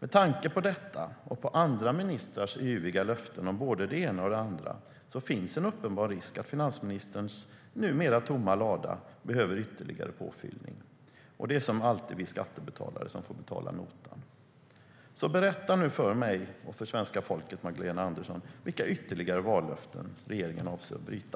Med tanke på detta och andra ministrars yviga löften om både det ena och det andra finns en uppenbar risk att finansministerns numera tomma lada behöver ytterligare påfyllning. Det är som alltid vi skattebetalare som får betala notan. Berätta nu för mig och svenska folket, Magdalena Andersson: Vilka ytterligare vallöften avser regeringen att bryta?